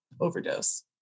overdose